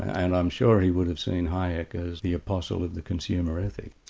and i'm sure he would have seen hayek as the apostle of the consumer ethic.